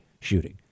shooting